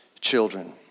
children